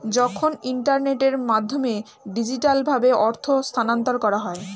যখন ইন্টারনেটের মাধ্যমে ডিজিটালভাবে অর্থ স্থানান্তর করা হয়